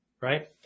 right